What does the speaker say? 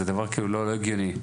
זה דבר לא הגיוני.